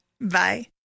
Bye